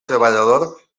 treballador